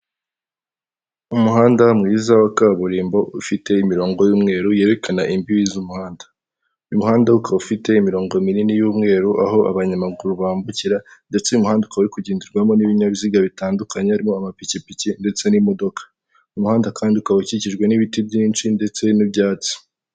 Umuhanda mwiza wa kaburimbo ufite imirongo y'umweru yerekana imbibi z'umuhanda, uyu muhanda ukaba ufite imirongo minini y'umweru aho abanyamaguru bambukira ndetse umuhanda ukaba kugenderwamo n'ibinyabiziga bitandukanyerimo amapikipiki ndetse n'imodoka umuhanda kandi ukaba ukijwe n'ibiti byinshi ndetse n'ibyatsi.